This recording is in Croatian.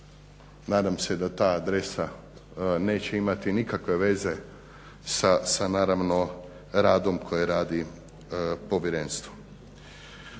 Nadam se da ta adresa neće imati nikakve veze sa naravno radom koje radi Povjerenstvo.